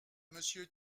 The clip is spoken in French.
monsieur